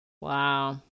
Wow